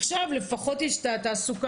עכשיו לפחות יש את התעסוקה,